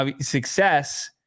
success